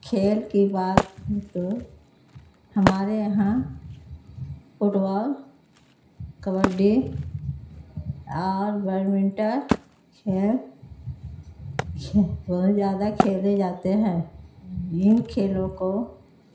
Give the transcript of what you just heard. کھیل کی بات تو ہمارے یہاں فٹ بال کبڈی اور بیڈمنٹن کھیل بہت زیادہ کھیلے جاتے ہیں ان کھیلوں کو